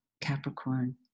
Capricorn